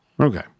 Okay